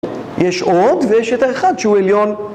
יש עוד ויש את האחד שהוא עליון